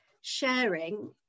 sharing